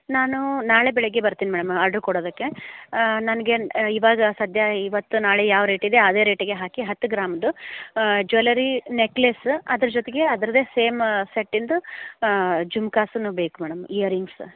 ನಾನು ನಾಳೆ ಬೆಳಗ್ಗೆ ಬರ್ತೀನಿ ಮೇಡಮ್ ಆರ್ಡರ್ ಕೊಡೋದಕ್ಕೆ ನನಗೆ ಇವಾಗ ಸದ್ಯ ಇವತ್ತು ನಾಳೆ ಯಾವ ರೇಟಿದೆ ಅದೇ ರೇಟಿಗೆ ಹಾಕಿ ಹತ್ತು ಗ್ರಾಮ್ದು ಜುವೆಲ್ಲರಿ ನೆಕ್ಲೆಸ್ ಅದ್ರ ಜೊತೆಗೆ ಅದರದ್ದೇ ಸೇಮ್ ಸೆಟ್ಟಿಂದು ಜುಮ್ಕಾಸನ್ ಬೇಕು ಮೇಡಮ್ ಇಯರ್ ರಿಂಗ್ಸ್